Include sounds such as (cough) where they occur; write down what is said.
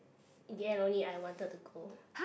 in the end only I wanted to go (breath)